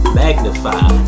magnify